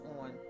on